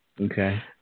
Okay